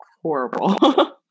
horrible